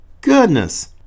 goodness